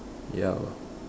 ya